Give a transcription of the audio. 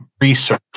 research